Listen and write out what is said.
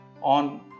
on